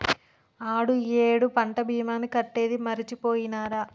ఆడు ఈ ఏడు పంట భీమాని కట్టేది మరిచిపోయినారా